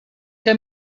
que